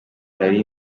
nari